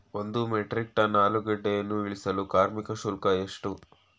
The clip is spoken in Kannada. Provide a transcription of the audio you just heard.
ಒಂದು ಮೆಟ್ರಿಕ್ ಟನ್ ಆಲೂಗೆಡ್ಡೆಯನ್ನು ಇಳಿಸಲು ಕಾರ್ಮಿಕ ಶುಲ್ಕ ಎಷ್ಟು?